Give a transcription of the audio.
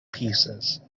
pieces